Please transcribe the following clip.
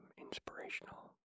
inspirational